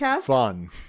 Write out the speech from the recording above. fun